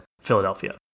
Philadelphia